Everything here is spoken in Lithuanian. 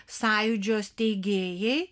sąjūdžio steigėjai